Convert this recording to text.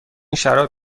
شراب